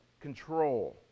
control